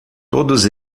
todos